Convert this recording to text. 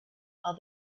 are